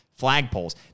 flagpoles